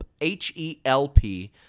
H-E-L-P